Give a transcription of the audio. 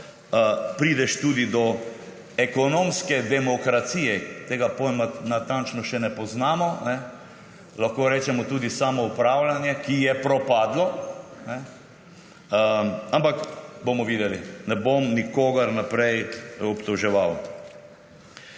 prideš tudi do ekonomske demokracije. Tega pojma natančno še ne poznamo, lahko rečemo tudi samoupravljanje, ki je propadlo, ampak bomo videli. Ne bom nikogar vnaprej obtoževal.